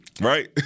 right